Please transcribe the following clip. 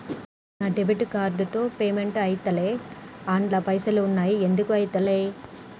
నా debit card తో payment ఐతలేవ్ అండ్ల పైసల్ ఉన్నయి ఎందుకు ఐతలేవ్?